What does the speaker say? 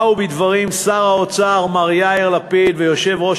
באו בדברים שר האוצר מר יאיר לפיד ויושב-ראש